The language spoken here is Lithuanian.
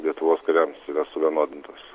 lietuvos kariams suvienodintas